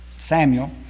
Samuel